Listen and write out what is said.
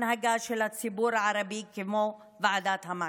הנהגה של הציבור הערבי כמו ועדת המעקב.